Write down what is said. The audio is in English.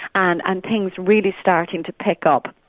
and and things really starting to pick up.